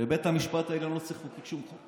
ובית המשפט העליון לא צריך לחוקק שום חוק.